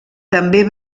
també